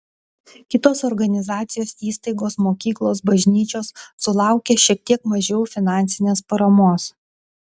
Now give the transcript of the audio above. kitos organizacijos įstaigos mokyklos bažnyčios sulaukė šiek tiek mažiau finansinės paramos